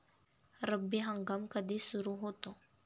रब्बी हंगाम कधी सुरू होतो?